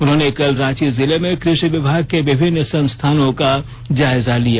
उन्होंने कल रांची जिले में कृषि विभाग के विभिन्न संस्थानों का जायजा लिया